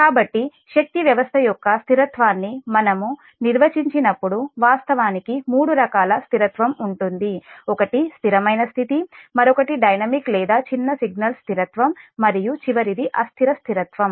కాబట్టి శక్తి వ్యవస్థ యొక్క స్థిరత్వాన్నిమనము నిర్వచించినప్పుడు వాస్తవానికి మూడు రకాల స్థిరత్వం ఉంటుంది ఒకటి స్థిరమైన స్థితి మరొకటి డైనమిక్ లేదా చిన్న సిగ్నల్ స్థిరత్వం మరియు చివరిది అస్థిర స్థిరత్వం